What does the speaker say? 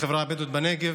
בחברה הבדואית בנגב.